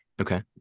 Okay